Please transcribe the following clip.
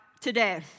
today